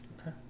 okay